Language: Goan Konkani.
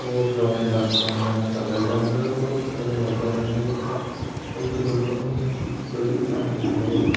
बरो असो रव्याक भाजता आनी मसालो येता आनी ताका बरोसो तव्यार घालता आनी मागीर पलटून पलटून मारून शीत कडी तामसो बेश्ट